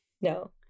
no